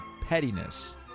Pettiness